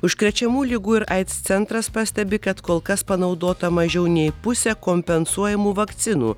užkrečiamų ligų ir aids centras pastebi kad kol kas panaudota mažiau nei pusė kompensuojamų vakcinų